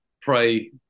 pray